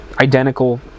identical